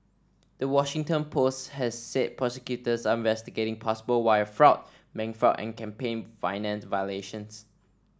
the Washington Post has said prosecutors are investigating possible wire fraud bank fraud and campaign finance violations